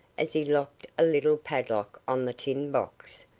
as he locked a little padlock on the tin box,